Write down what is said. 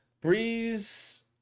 Breeze